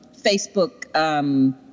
Facebook